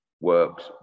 works